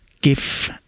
give